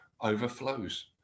overflows